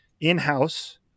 in-house